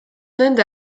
nende